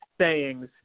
sayings